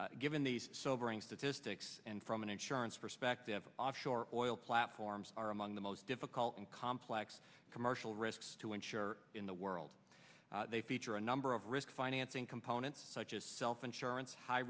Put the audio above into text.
event given these sobering statistics and from an insurance perspective offshore oil platforms are among the most difficult and complex commercial risks to insure in the world they feature a number of risk financing components such as self insurance hi